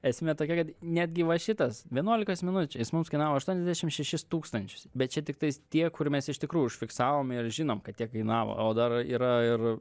esmė tokia kad netgi va šitas vienuolikos minučių jis mums kainavo aštuoniasdešim šešis tūkstančius bet čia tiktais tie kur mes iš tikrųjų užfiksavom ir žinom kad tiek kainavo o dar yra ir